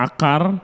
Akar